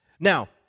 Now